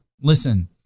Listen